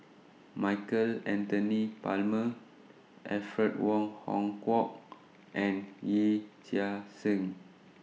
Michael Anthony Palmer Alfred Wong Hong Kwok and Yee Chia Hsing